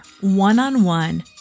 one-on-one